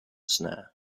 snare